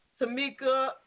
Tamika